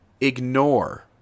ignore